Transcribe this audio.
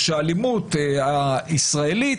שהאלימות הישראלית,